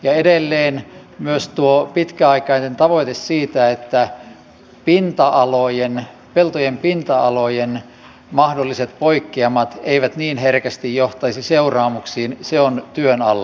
ja edelleen myös tuo pitkäaikainen tavoite siitä että peltojen pinta alojen mahdolliset poikkeamat eivät niin herkästi johtaisi seuraamuksiin on työn alla